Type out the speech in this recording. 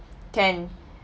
can